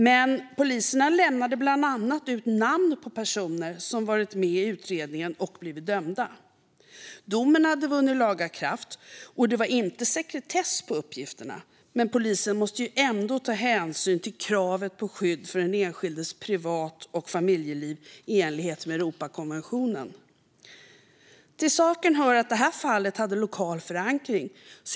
Men poliserna lämnade bland annat ut namn på personer som varit med i utredningen och blivit dömda. Domen hade vunnit laga kraft, och det var inte sekretess på uppgifterna, men polisen måste ändå ta hänsyn till kravet på skydd för den enskildes privat och familjeliv i enlighet med Europakonventionen. Till saken hör att fallet hade lokal förankring.